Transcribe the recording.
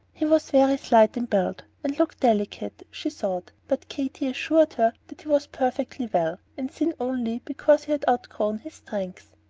he was very slight in build, and looked delicate, she thought but katy assured her that he was perfectly well, and thin only because he had outgrown his strength.